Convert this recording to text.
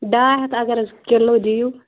ڈاے ہَتھ اَگر حظ کِلوٗ دِیو